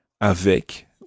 Avec